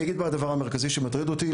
אני אגיד מה הדבר המרכזי שמטריד אותי.